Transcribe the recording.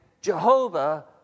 Jehovah